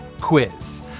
quiz